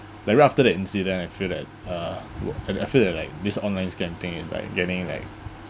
like right after the incident I feel that uh w~ I I feel that like this online scam thing is like getting like